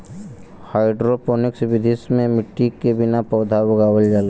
hydroponics विधि में मट्टी के बिना पौधा उगावल जाला